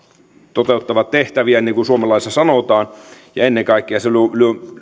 toteuttavat tehtäviään niin kuin suomen laissa sanotaan ennen kaikkea se luo